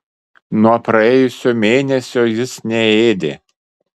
nuo praėjusio mėnesio jis neėdė